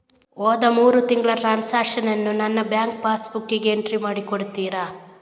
ಹೋದ ಮೂರು ತಿಂಗಳ ಟ್ರಾನ್ಸಾಕ್ಷನನ್ನು ನನ್ನ ಬ್ಯಾಂಕ್ ಪಾಸ್ ಬುಕ್ಕಿಗೆ ಎಂಟ್ರಿ ಮಾಡಿ ಕೊಡುತ್ತೀರಾ?